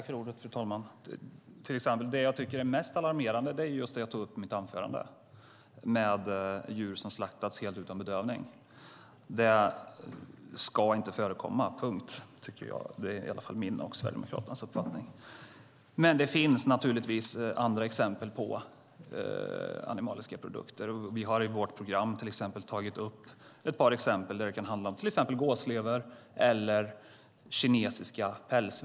Fru talman! Det jag tycker är mest alarmerande är just det som jag upp i mitt anförande om djur som slaktas helt utan bedövning. Det ska inte förekomma - punkt. Det är i alla fall min och Sverigedemokraternas uppfattning. Men det finns andra exempel på omoraliska animaliska produkter. Vi har i vårt program tagit upp till exempel gåslever eller kinesiska pälsverk.